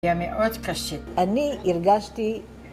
היה מאוד קשה. אני הרגשתי